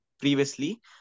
previously